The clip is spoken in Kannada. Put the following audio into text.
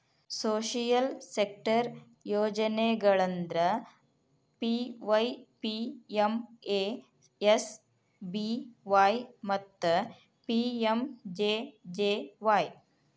ಸೋಶಿಯಲ್ ಸೆಕ್ಟರ್ ಯೋಜನೆಗಳಂದ್ರ ಪಿ.ವೈ.ಪಿ.ಎಮ್.ಎಸ್.ಬಿ.ವಾಯ್ ಮತ್ತ ಪಿ.ಎಂ.ಜೆ.ಜೆ.ವಾಯ್